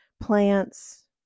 plants